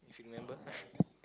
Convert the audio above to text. if you remember